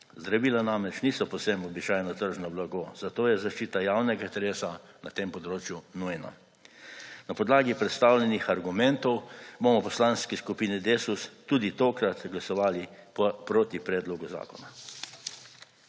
Zdravila namreč niso povsem običajno tržno blago, zato je zaščita javnega interesa na tem področju nujna. Na podlagi predstavljenih argumentov bomo v Poslanski skupini Desus tudi tokrat glasovali proti predlogu zakona.